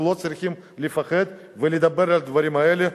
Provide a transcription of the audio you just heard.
אנחנו לא צריכים לפחד ולדבר על הדברים האלה.